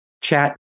chat